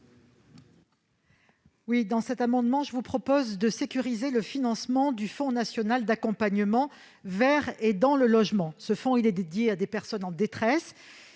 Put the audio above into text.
avis. Par cet amendement, il s'agit de sécuriser le financement du Fonds national d'accompagnement vers et dans le logement, qui est dédié à des personnes en détresse.